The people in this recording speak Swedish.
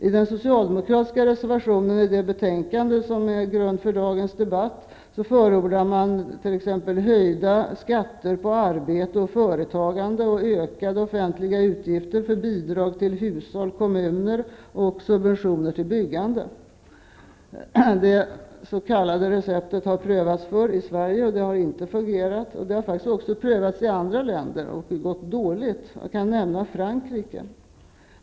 I den socialdemokratiska reservationen i det betänkande som är grund för dagens debatt förordar man t.ex. höjda skatter på arbete och företagande, ökade offentliga utgifter för bidrag till hushåll och kommuner och subventioner till byggande. Detta s.k. recept har prövats förr i Sverige, och det har inte fungerat. Det har faktiskt också prövats i andra länder där det har gått dåligt. Jag kan nämna Frankrike som exempel.